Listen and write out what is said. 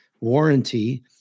warranty